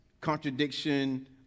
contradiction